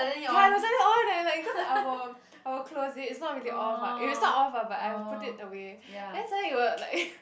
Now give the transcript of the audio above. ya it will suddenly on eh like cause I will I will close it it's not really off ah it is not off ah but I will put it away then suddenly it will like